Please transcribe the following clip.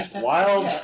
wild